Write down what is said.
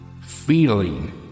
feeling